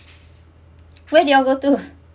where did you all go to